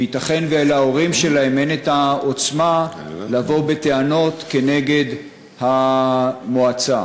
שייתכן שלהורים שלהם אין העוצמה לבוא בטענות כנגד המועצה.